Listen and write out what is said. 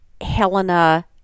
Helena